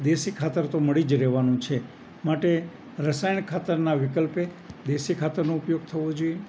દેશી ખાતર તો મળી જ રહેવાનું છે માટે રસાયણ ખાતરના વિકલ્પે દેશી ખાતરનો ઉપયોગ થવો જોઈએ